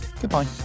Goodbye